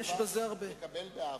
עם השרים הרבים כל כך,